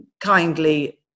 kindly